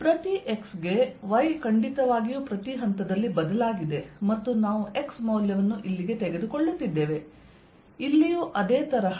ಪ್ರತಿ x ಗೆ y ಖಂಡಿತವಾಗಿಯೂ ಪ್ರತಿ ಹಂತದಲ್ಲಿ ಬದಲಾಗಿದೆ ಮತ್ತು ನಾವು x ಮೌಲ್ಯವನ್ನು ಇಲ್ಲಿಗೆ ತೆಗೆದುಕೊಳ್ಳುತ್ತಿದ್ದೇವೆ ಇಲ್ಲಿಯೂ ಅದೇ ತರಹ